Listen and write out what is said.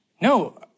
No